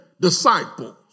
disciples